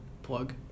plug